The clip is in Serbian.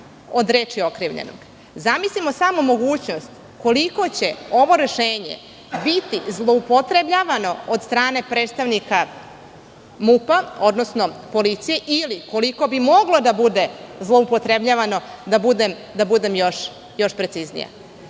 od reči okrivljenog. Zamislimo samo mogućnost koliko će ovo rešenje biti zloupotrebljavano od strane predstavnika MUP odnosno policije, ili koliko bi moglo da bude zloupotrebljavano, da budem još preciznija.